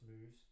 moves